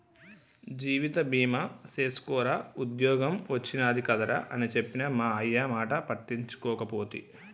జీవిత బీమ సేసుకోరా ఉద్ద్యోగం ఒచ్చినాది కదరా అని చెప్పిన మా అయ్యమాట పట్టించుకోకపోతి